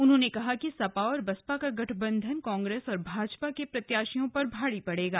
उन्होंने कहा कि सपा और बसपा का गठबंधन कांग्रेस और भाजपा के प्रत्याशियों पर भारी पड़ेगा